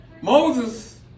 Moses